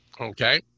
okay